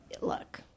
look